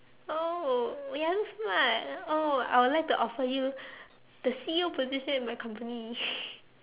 oh we are smart oh I will like to offer you the C_E_O position in my company